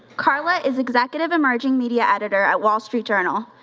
carla is executive emerging media editor at wall street journal.